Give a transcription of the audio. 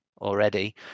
already